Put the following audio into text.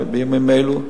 בימים אלה,